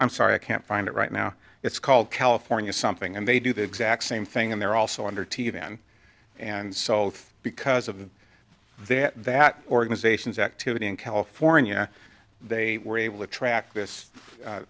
i'm sorry i can't find it right now it's called california something and they do the exact same thing and they're also under t then and salt because of their that organizations activity in california they were able to track this